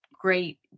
great